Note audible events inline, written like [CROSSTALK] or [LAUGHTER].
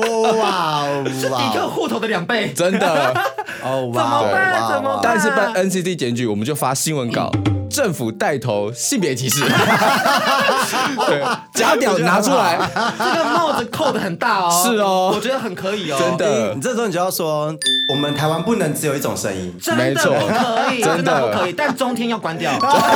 哇哦，哇哦。 [LAUGHS] 是迪克户头的两倍。 真的。哦， [LAUGHS] 哇哦，怎么办？哇哦。怎么办？但是办NCT检举，我们就发新闻稿，政府带头性别歧视。 [LAUGHS] 对，我觉得很好。 [LAUGHS] 假屌拿出来。 这个帽子扣得很大哦，是哦，我觉得很可以哦。真的。哎，你这时候你就要说，我们台湾不能只有一种声音。真的不没错，可以，真的不可以，真的。但中天要关掉。 [LAUGHS]